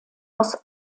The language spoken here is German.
aus